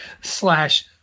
slash